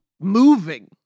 moving